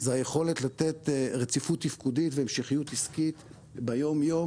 זה היכולת לתת רציפות תפקודית והמשכיות עסקית ביום יום